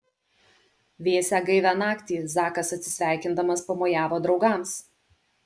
vėsią gaivią naktį zakas atsisveikindamas pamojavo draugams